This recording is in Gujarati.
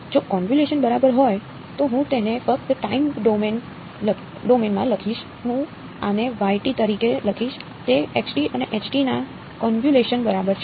જો કોન્વ્યુલેશન બરાબર હોય તો હું તેને ફક્ત ટાઇમ ડોમેન બરાબર છે